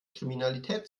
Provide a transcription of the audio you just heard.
kriminalität